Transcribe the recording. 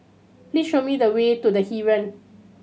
please show me the way to The Heeren